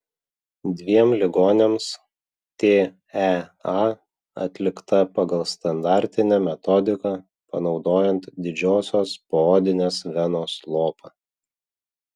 dviem ligoniams tea atlikta pagal standartinę metodiką panaudojant didžiosios poodinės venos lopą